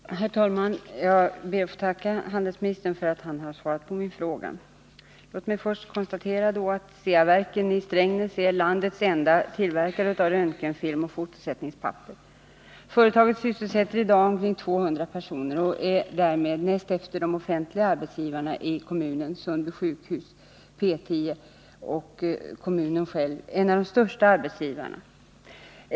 Herr talman! Jag ber att få tacka handelsministern för att han svarat på min fråga. Låt mig börja med att konstatera att Ceaverken i Strängnäs är landets enda tillverkare av röntgenfilm och fotosättningspapper. Företaget sysselsätter i dag omkring 200 personer och är därmed, näst efter de offentliga arbetsgivarna i kommunen, Sundby sjukhus, P 10 och kommunen själv, en av de största arbetsgivarna.